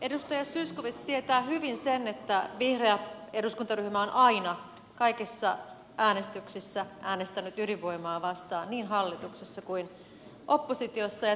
edustaja zyskowicz tietää hyvin sen että vihreä eduskuntaryhmä on aina kaikissa äänestyksissä äänestänyt ydinvoimaa vastaan niin hallituksessa kuin oppositiossakin